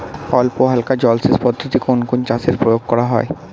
অল্পহালকা জলসেচ পদ্ধতি কোন কোন চাষে প্রয়োগ করা হয়?